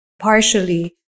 partially